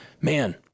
Man